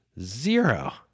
zero